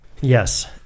yes